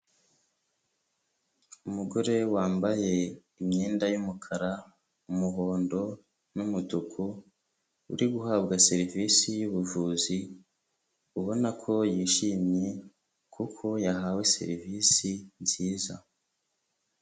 Umugore wambaye imyenda y'umukara, umuhondo n'umutuku uri guhabwa serivisi y'ubuvuzi ubona ko yishimye kuko yahawe serivisi nziza.